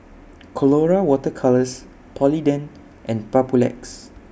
Colora Water Colours Polident and Papulex